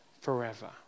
forever